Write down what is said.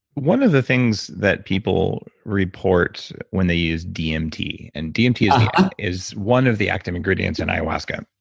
one of the things that people report when they use dmt, and dmt yeah is one of the active ingredients and ayahuasca.